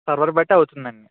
server బట్టే అవుతుందండి